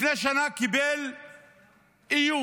לפני שנה קיבל איום,